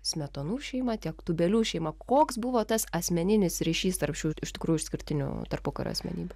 smetonų šeima tiek tūbelių šeima koks buvo tas asmeninis ryšys tarp šių iš tikrųjų išskirtinių tarpukario asmenybių